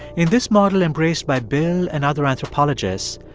in this model embraced by bill and other anthropologists,